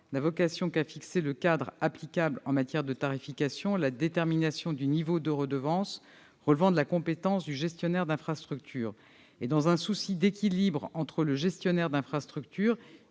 n'a vocation qu'à fixer le cadre applicable en matière de tarification, la détermination du niveau de redevance relevant de la compétence du gestionnaire d'infrastructure. Dans un souci d'équilibre entre, d'une part, le gestionnaire d'infrastructure,